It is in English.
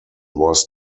was